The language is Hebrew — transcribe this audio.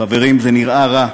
חברים, זה נראה רע.